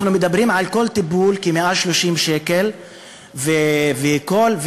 אנחנו מדברים על עלות של כ-130 שקל לכל טיפול,